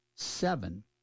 seven